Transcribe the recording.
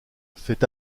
fait